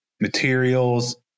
materials